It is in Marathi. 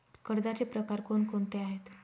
कर्जाचे प्रकार कोणकोणते आहेत?